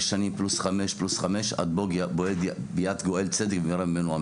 שנים פלוס חמש פלוס חמש עד ביאת גואל צדק במהרה בימנו,